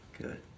Good